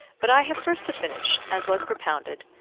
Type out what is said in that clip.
but i have first to finish, as was propounded,